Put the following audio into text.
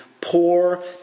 poor